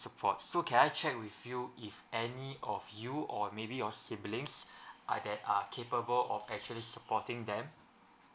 support so can I check with you if any of you or maybe your siblings are that are capable of actually supporting them